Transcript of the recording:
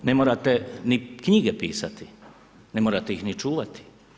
Ne morate ni knjige pisati, ne morate ih ni čuvati.